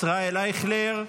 ישראל אייכלר,